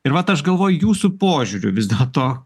ir vat aš galvoju jūsų požiūriu vis dėl to